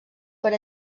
per